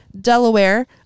Delaware